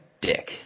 dick